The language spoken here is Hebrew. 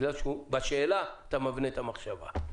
בגלל שבשאלה אתה מבנה את המחשבה.